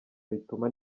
bituma